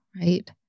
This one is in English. right